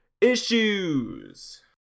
Issues